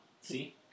See